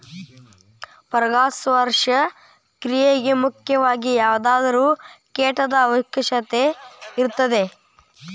ಪರಾಗಸ್ಪರ್ಶ ಕ್ರಿಯೆಗೆ ಮುಖ್ಯವಾಗಿ ಯಾವುದಾದರು ಕೇಟದ ಅವಶ್ಯಕತೆ ಇರತತಿ